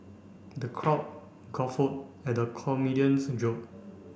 the crowd at the comedian's joke